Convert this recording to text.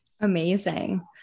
amazing